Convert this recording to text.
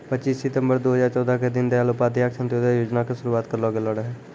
पच्चीस सितंबर दू हजार चौदह के दीन दयाल उपाध्याय अंत्योदय योजना के शुरुआत करलो गेलो रहै